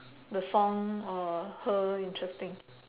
the song or her interesting